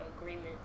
agreement